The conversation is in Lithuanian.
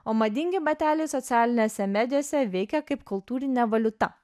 o madingi bateliai socialinėse medijose veikia kaip kultūrinė valiuta